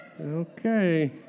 Okay